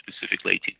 specifically